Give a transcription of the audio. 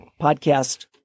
Podcast